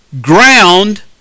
ground